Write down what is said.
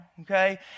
okay